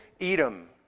Edom